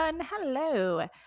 Hello